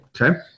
Okay